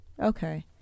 Okay